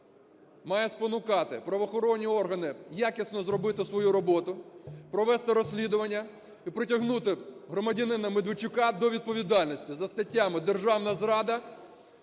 має спонукати правоохоронні органи якісно зробити свою роботу, провести розслідування і притягнути громадянина Медведчука до відповідальності за статтями державна зрада